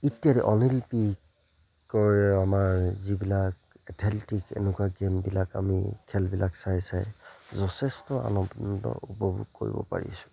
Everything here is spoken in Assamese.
ইত্যাদি অলিম্পিকৰে আমাৰ যিবিলাক এথেলেটিক এনেকুৱা গেমবিলাক আমি খেলবিলাক চাই চাই যথেষ্ট আনন্দ উপভোগ কৰিব পাৰিছোঁ